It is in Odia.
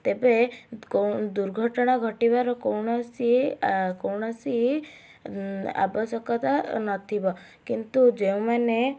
ତେବେ କ ଦୁର୍ଘଟଣା ଘଟିବାର କୌଣସି ଆ କୌଣସି ଆବଶ୍ୟକତା ନଥିବ କିନ୍ତୁ ଯେଉଁମାନେ